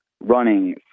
running